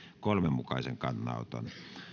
kolmen mukaisen kannanoton